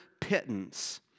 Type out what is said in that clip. pittance